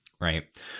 Right